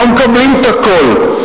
אנחנו מקבלים את הכול,